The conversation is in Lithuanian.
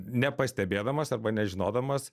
nepastebėdamas arba nežinodamas